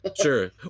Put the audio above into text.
Sure